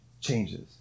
changes